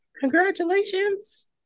congratulations